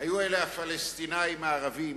היו אלה הפלסטינים הערבים